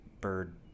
bird